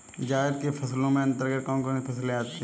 जायद की फसलों के अंतर्गत कौन कौन सी फसलें आती हैं?